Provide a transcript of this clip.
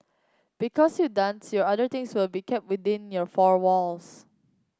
because your dance your other things will be kept within your four walls